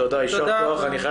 יופי, יישר כוח.